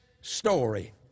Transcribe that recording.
story